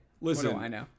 Listen